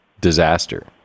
disaster